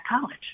college